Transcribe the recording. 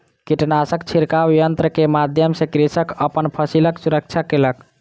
कीटनाशक छिड़काव यन्त्र के माध्यम सॅ कृषक अपन फसिलक सुरक्षा केलक